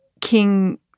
King